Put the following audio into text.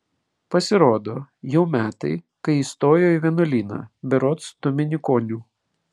pasirodo jau metai kai įstojo į vienuolyną berods dominikonių